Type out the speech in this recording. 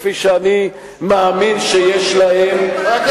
כפי שאני מאמין שיש להם,